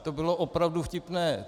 To bylo opravdu vtipné.